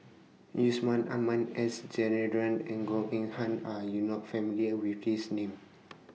Yusman Aman S Rajendran and Goh Eng Han Are YOU not familiar with These Names